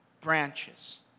branches